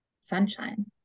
sunshine